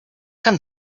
can